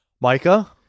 Micah